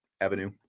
Avenue